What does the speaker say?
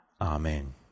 Amen